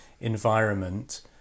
environment